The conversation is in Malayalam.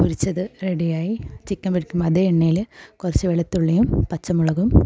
പൊരിച്ചത് റെഡിയായി ചിക്കൻ പൊരിക്കുമ്പോൾ അതേ എണ്ണയിൽ കുറച്ച് വെളുത്തുള്ളിയും പച്ചമുളകും